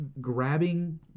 grabbing